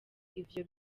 ivyo